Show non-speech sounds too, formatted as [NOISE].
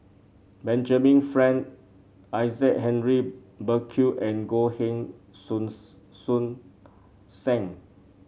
Benjamin Frank Isaac Henry Burkill and Goh Heng [UNINTELLIGIBLE] Soon Sam